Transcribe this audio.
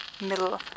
middle